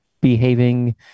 behaving